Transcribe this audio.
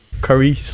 curry